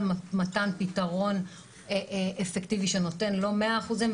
מתן פתרון אפקטיבי שנותן לא 100 אחוזים,